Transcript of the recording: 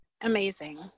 amazing